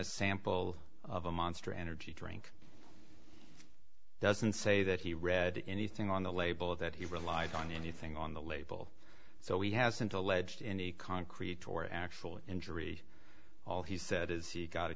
a sample of a monster energy drink doesn't say that he read anything on the label that he relied on anything on the label so he hasn't alleged any concrete or actual injury all he said is he got a